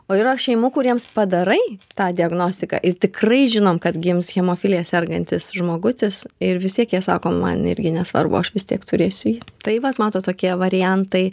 o yra šeimų kuriems padarai tą diagnostiką ir tikrai žinom kad gims hemofilija sergantis žmogutis ir vistiek jie sako man irgi nesvarbu aš vis tiek turėsiu jį tai vat matot tokie variantai